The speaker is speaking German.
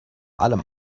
allem